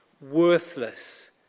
worthless